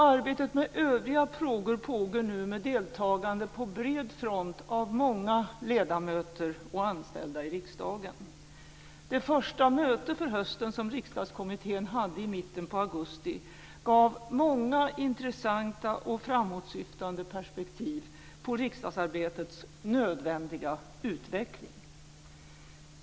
Arbetet med övriga frågor pågår nu med deltagande på bred front av många ledamöter och anställda i riksdagen. Det första möte för hösten, som riksdagskommittén hade i mitten av augusti, gav många intressanta och framåtsyftande perspektiv på riksdagsarbetets nödvändiga utveckling.